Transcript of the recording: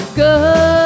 good